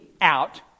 out